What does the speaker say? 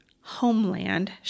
Homeland